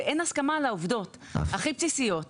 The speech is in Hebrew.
ואין הסכמה על העובדות הכי בסיסיות.